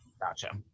Gotcha